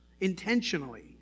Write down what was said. intentionally